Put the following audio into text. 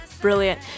brilliant